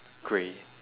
grey